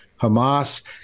Hamas